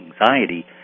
anxiety